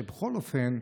שבכל אופן,